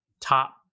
top